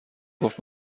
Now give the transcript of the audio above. گفت